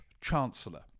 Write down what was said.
Chancellor